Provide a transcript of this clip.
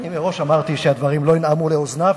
מראש אמרתי שהדברים לא ינעמו לאוזניו.